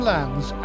Lands